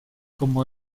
como